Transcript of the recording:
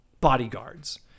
bodyguards